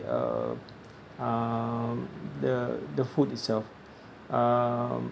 um um the the food itself um